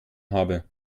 habe